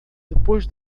depois